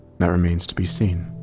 that remains to be seen.